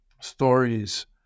stories